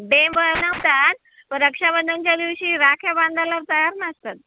day बनवतात प रक्षाबंधनच्या दिवशी राख्या बांधायला तयार नसतात